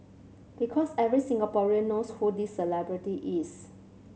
because every Singaporean knows who this celebrity is